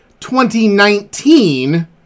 2019